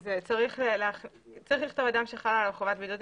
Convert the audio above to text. צריך לכתוב אדם שחלה וחלה עליו חובת בידוד,